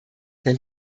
denn